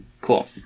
Cool